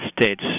States